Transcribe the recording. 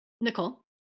Nicole